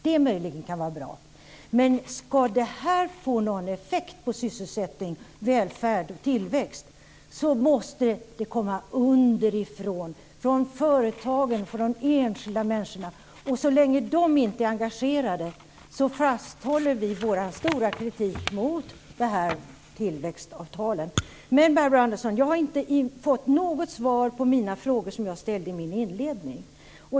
Det kan möjligen vara bra, men ska det här få någon effekt på sysselsättning, välfärd och tillväxt måste det komma underifrån, från företagen, från de enskilda människorna. Så länge de inte är engagerade vidhåller vi vår stora kritik mot tillväxtavtalen. Jag har inte fått något svar på mina frågor som jag ställde i min inledning.